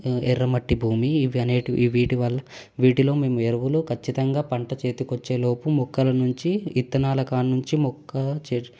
ఎర్రమట్టి భూమి ఇవి అనేటివి వీటి వల్ల వీటిలో మేము ఎరువులు ఖచ్చితంగా పంట చేతికి వచ్చేలోపు మొక్కల నుంచి విత్తనాల కాడ నుంచి మొక్క చెట్టు